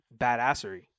badassery